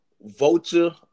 Vulture